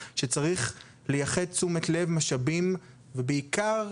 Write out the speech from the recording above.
שצריך לייחד תשומת לב משאבים ובעיקר